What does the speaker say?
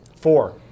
Four